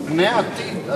פני העתיד.